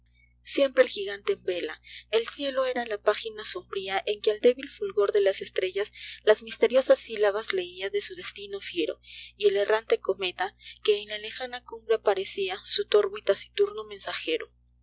amargurasiempre el gigante en vela i el cielo era la página sombría en que al débil fulgor de las estrellas las misteriosas sílabas leía de su destino fiero y el errante cometa que en la lejana cumbre aparecla su torvo y taciturno mensajero